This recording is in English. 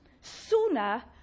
sooner